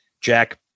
Jack